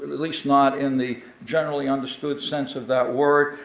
at least not in the generally understood sense of that word.